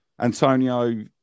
Antonio